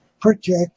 protect